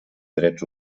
drets